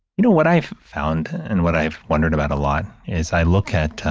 you know, what i've found and what i've wondered about a lot is i look at